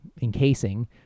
encasing